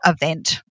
event